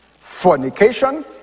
fornication